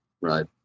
Right